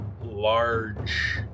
large